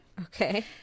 Okay